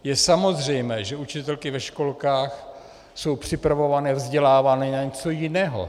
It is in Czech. Je samozřejmé, že učitelky ve školkách jsou připravované, vzdělávané na něco jiného.